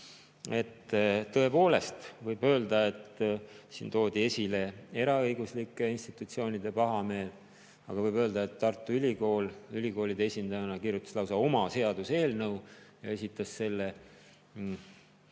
et tõepoolest võib öelda, et toodi esile eraõiguslike institutsioonide pahameel. Ka võib öelda, et Tartu Ülikool ülikoolide esindajana kirjutas lausa oma seaduseelnõu ja esitas selle.